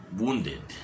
wounded